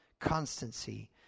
constancy